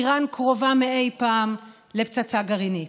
איראן קרובה מאי פעם לפצצה גרעינית.